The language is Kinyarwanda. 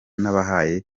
nabahaye